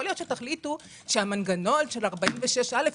יכול להיות שתחליטו שהמנגנון של סעיף 46(א)